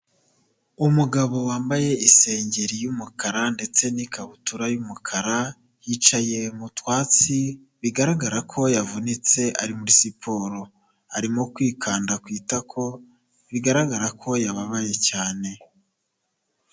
Umugabo wambaye isengeri y'umukara ndetse n'ikabutura y'umukara, yicaye mu twatsi bigaragara ko yavunitse ari muri siporo, arimo kwikanda ku itako bigaragara ko yababaye cyane.